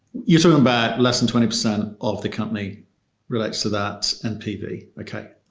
you're talking about less than twenty percent of the company relates to that npv, okay.